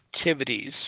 activities